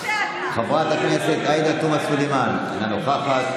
חברת הכנסת עאידה תומא סלימאן, אינה נוכחת.